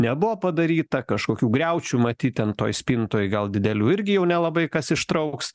nebuvo padaryta kažkokių griaučių matyt ten toj spintoj gal didelių irgi jau nelabai kas ištrauks